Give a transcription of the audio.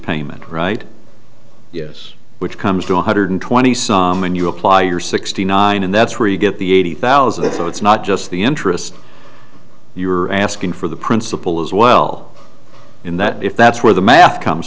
payment right yes which comes to one hundred twenty som when you apply your sixty nine and that's where you get the eighty thousand so it's not just the interest you are asking for the principal as well in that if that's where the math comes